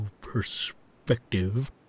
perspective